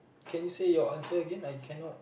can your say your answer Again I cannot